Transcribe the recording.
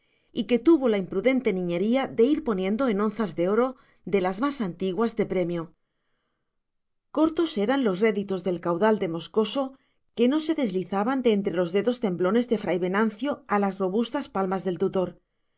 y que tuvo la imprudente niñería de ir poniendo en onzas de oro de las más antiguas de premio cortos eran los réditos del caudal de moscoso que no se deslizaban de entre los dedos temblones de fray venancio a las robustas palmas del tutor